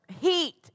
heat